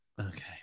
Okay